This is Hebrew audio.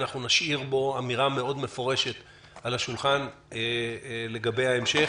אנחנו נשאיר בו אמירה מאוד מפורשת על השולחן לגבי ההמשך